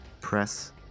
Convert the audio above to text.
press